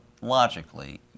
logically